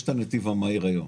יש את הנתיב המהיר היום.